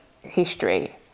history